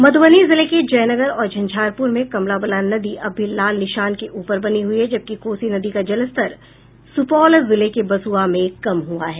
मधुबनी जिले के जयनगर और झंझारपुर में कमला बलान नदी अब भी लाल निशान के ऊपर बनी हुई है जबकि कोसी नदी का जलस्तर सुपौल जिले के बसुआ में कम हुआ है